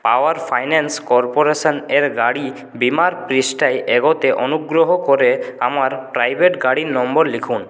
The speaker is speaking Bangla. পাওয়ার ফাইন্যান্স কর্পোরেশন এর গাড়ি বীমার পৃষ্ঠায় এগোতে অনুগ্রহ করে আমার প্রাইভেট গাড়ির নম্বর লিখুন